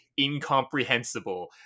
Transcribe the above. incomprehensible